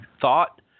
thought